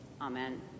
amen